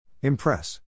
Impress